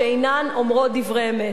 שאינן אומרות דברי אמת.